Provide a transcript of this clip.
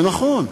זה נכון,